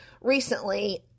recently